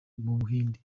buhinde